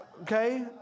Okay